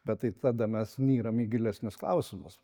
bet tai tada mes nyram į gilesnius klausimus